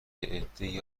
عدهای